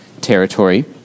territory